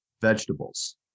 vegetables